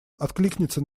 откликнется